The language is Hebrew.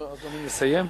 אדוני מסיים?